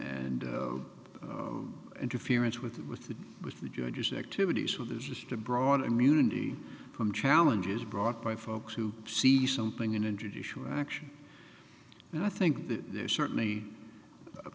and interference with with the with the judge's activities so there's just a broad immunity from challenges brought by folks who see something in traditional action and i think that there certainly